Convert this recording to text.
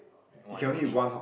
one and only